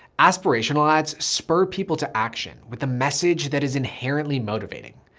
aspirational ads, spur people to action with a message that is inherently motivating.